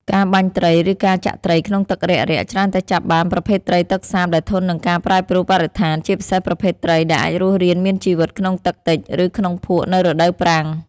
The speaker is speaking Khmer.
ការបាញ់ត្រី ឬការចាក់ត្រីក្នុងទឹករាក់ៗ ច្រើនតែចាប់បានប្រភេទត្រីទឹកសាបដែលធន់នឹងការប្រែប្រប្រួលបរិស្ថាន ជាពិសេសប្រភេទត្រីដែលអាចរស់រានមានជីវិតក្នុងទឹកតិច ឬក្នុងភក់នៅរដូវប្រាំង។